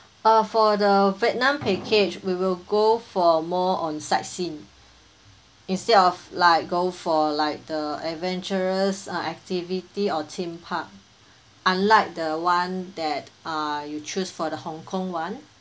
uh for the vietnam package we will go for more on sightseeing instead of like go for like the adventurous uh activity or theme park unlike the [one] that uh you choose for the Hong-Kong [one]